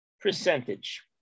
percentage